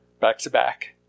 back-to-back